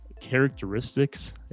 characteristics